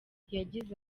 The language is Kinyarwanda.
yagize